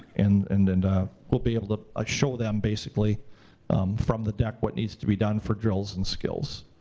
and then and and ah he'll be able to ah show them basically from the deck what needs to be done for drills and skills.